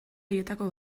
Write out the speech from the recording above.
haietako